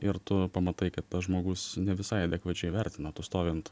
ir tu pamatai kad tas žmogus ne visai adekvačiai vertina tu stovi ant